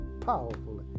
powerful